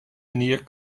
manier